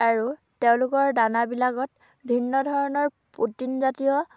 আৰু তেওঁলোকৰ দানাবিলাকত ভিন্নধৰণৰ প্ৰ'টিনজাতীয়